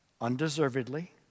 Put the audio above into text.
undeservedly